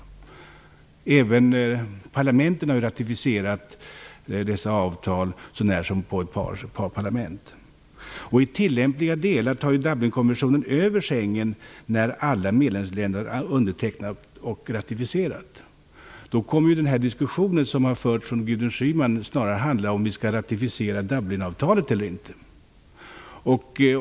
Även parlamenten har ratificerat dessa avtal, så när som på ett fåtal parlament. I tilllämpliga delar tar Dublinkonventionen över Schengenavtalet när alla medlemsländer undertecknat och ratificerat. Då kommer den diskussion Gudrun Schyman fört snarare att handla om huruvida vi skall ratificera Dublinavtalet eller inte.